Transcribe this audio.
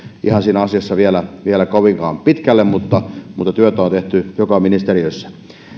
ihan siinä asiassa vielä vielä kovinkaan pitkälle mutta mutta työtä on tehty joka ministeriössä